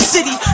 City